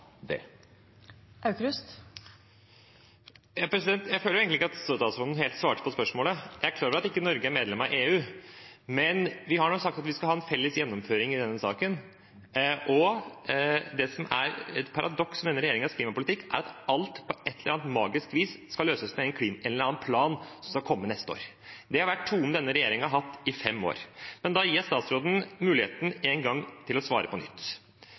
Jeg føler egentlig ikke at statsråden helt svarte på spørsmålet. Jeg er klar over at Norge ikke er medlem av EU, men vi har nå sagt at vi skal ha en felles gjennomføring i denne saken. Det som er et paradoks med denne regjeringens klimapolitikk, er at alt på et eller annet magisk vis skal løses med en eller annen plan som skal komme neste år. Det har vært tonen denne regjeringen har hatt i fem år. Men da gir jeg statsråden muligheten med en gang til å svare på nytt: